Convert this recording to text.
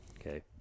Okay